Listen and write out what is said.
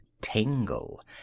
tingle